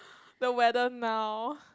the weather now